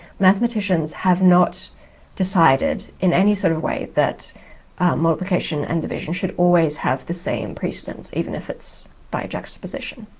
mathematicians have not decided in any sort of way that multiplication and division should always have the same precedence even if it's by juxtaposition.